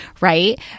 right